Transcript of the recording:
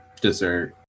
dessert